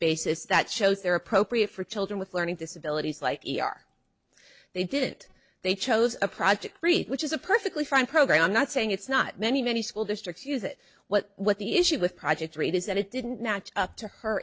that shows there are appropriate for children with learning disabilities like e r they didn't they chose a project which is a perfectly fine program i'm not saying it's not many many school districts use it what what the issue with project rate is that it didn't match up to her